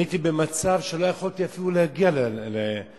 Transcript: אני הייתי במצב שלא יכולתי להגיע לקופת-חולים.